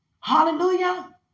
Hallelujah